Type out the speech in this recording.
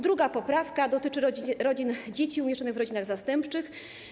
Druga poprawka dotyczy rodzin dzieci umieszczonych w rodzinach zastępczych.